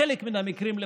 בחלק מן המקרים לפחות,